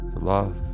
love